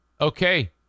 okay